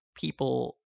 people